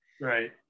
Right